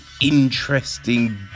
interesting